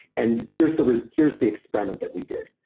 and here's the here's the experiment that we did,